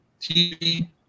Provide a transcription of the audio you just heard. TV